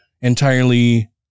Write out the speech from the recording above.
entirely